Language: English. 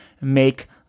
make